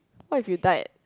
what if you died